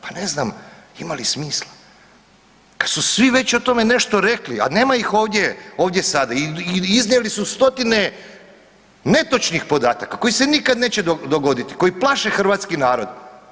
Pa ne znam ima li smisla kad su svi već o tome nešto rekli, a nema ih ovdje sada i iznijeli su stotine netočnih podataka koji se nikada neće dogoditi koji plaše hrvatski narod.